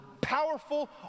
powerful